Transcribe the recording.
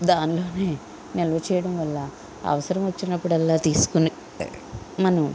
దానిలోనే నిల్వ చేయడం వల్ల అవసరం వచ్చినప్పుడల్లా తీసుకొని మనం